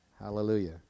Hallelujah